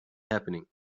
happening